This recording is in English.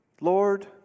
Lord